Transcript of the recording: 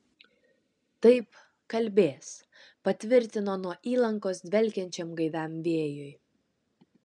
taip kalbės patvirtino nuo įlankos dvelkiančiam gaiviam vėjui